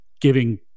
giving